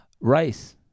Rice